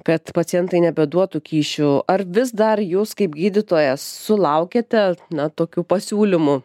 kad pacientai nebeduotų kyšių ar vis dar jūs kaip gydytojas sulaukiate na tokių pasiūlymų